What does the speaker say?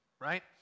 right